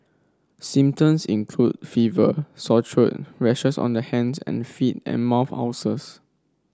symptoms include fever sore throat rashes on the hands and feet and mouth ulcers